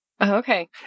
Okay